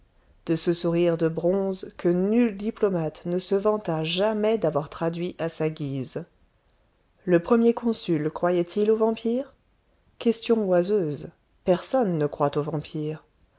de ce sourire de bronze que nul diplomate ne se vanta jamais d'avoir traduit à sa guise le premier consul croyait-il aux vampires question oiseuse personne ne croit aux vampires